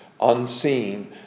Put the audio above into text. unseen